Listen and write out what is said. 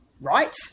right